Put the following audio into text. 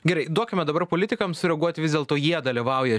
gerai duokime dabar politikams sureaguoti vis dėlto jie dalyvauja